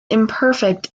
imperfect